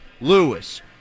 Lewis